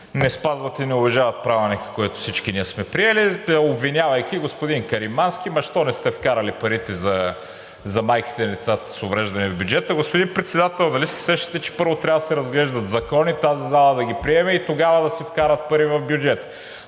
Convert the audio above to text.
не спазват и не уважават Правилника, който всички ние сме приели, обвинявайки господин Каримански, ама защо не сте вкарали парите за майките на децата с увреждания в бюджета. Господин Председател, нали се сещате, че първо трябва да се разглеждат закони, тази зала да ги приеме и тогава да се вкарат пари в бюджета?